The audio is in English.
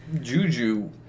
juju